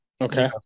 Okay